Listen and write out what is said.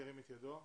ירים את ידו.